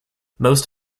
most